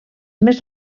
més